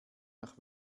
nach